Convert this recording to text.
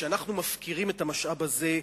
שאנחנו מפקירים את המשאב הזה,